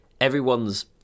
everyone's